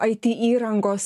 it įrangos